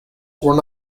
were